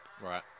Right